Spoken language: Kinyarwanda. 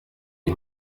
iyi